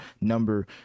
number